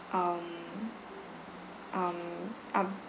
um um um